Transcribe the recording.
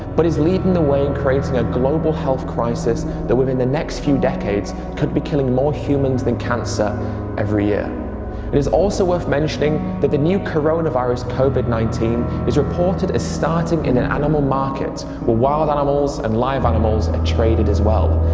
but is leading the way in creating a global health crisis that within the next few decades could be killing more humans than cancer every year. it is also worth mentioning that the new coronavirus is reported as starting in an animal market where wild animals and live animals are traded as well,